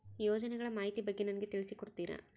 ಯೋಜನೆಗಳ ಮಾಹಿತಿ ಬಗ್ಗೆ ನನಗೆ ತಿಳಿಸಿ ಕೊಡ್ತೇರಾ?